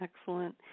excellent